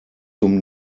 zum